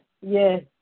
yes